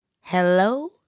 Hello